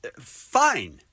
fine